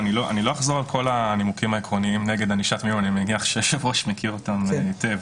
אני ממש לא כופר בכך ואני באמת חושב שיש חשיבות לשיח הציבורי הזה.